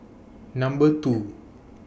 Number two